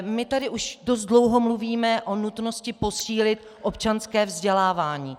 My tady už dost dlouho mluvíme o nutnosti posílit občanské vzdělávání.